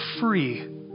free